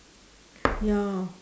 ya